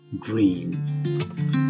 dream